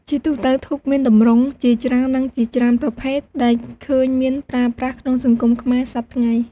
ជាទូទៅ ធូបមានទម្រង់ជាច្រើន និងជាច្រើនប្រភេទដែលឃើញមានប្រើប្រាស់ក្នុងសង្គមខ្មែរសព្វថ្ងៃ ។